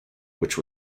which